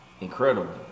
incredible